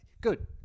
Good